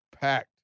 packed